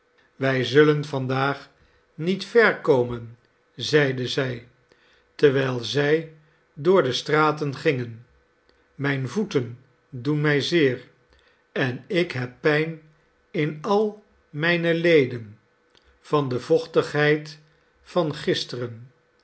wij zullen vandaag niet ver komen zeide zij terwijl zij door de straten gingen mijne voeten doen mij zeer en ik heb pijn in al mijne leden van de vochtigheid van gisteren